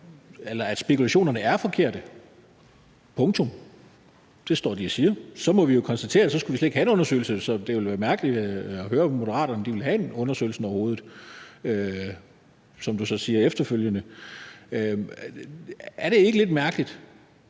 at spekulationerne er forkerte – punktum. Det står Tobias Grotkjær Elmstrøm og siger. Så må vi jo konstatere, at så skulle vi slet ikke have en undersøgelse. Så det ville være mærkeligt at høre fra Moderaterne, at de ville have en undersøgelse overhovedet, som du så siger efterfølgende. Er det ikke lidt mærkeligt